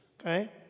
okay